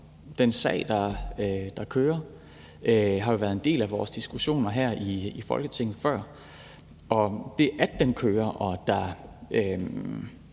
den sag, der kører, for det har jo været en del af vores diskussioner her i Folketinget før, og både det, at sagen